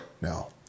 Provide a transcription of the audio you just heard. No